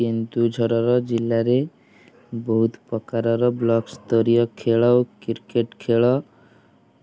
କେନ୍ଦୁଝରର ଜିଲ୍ଲାରେ ବହୁତ ପ୍ରକାରର ବ୍ଲକ୍ ସ୍ତରୀୟ ଖେଳ କ୍ରିକେଟ୍ ଖେଳ ଗୋ